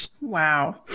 Wow